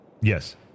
Yes